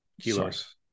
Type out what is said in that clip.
kilos